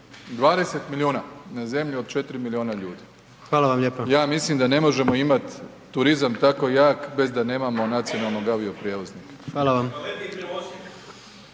…/Upadica: Hvala vam lijepa./… ja mislim da ne možemo imat turizam tako jak bez da nemamo nacionalnog avio prijevoznika.